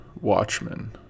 Watchmen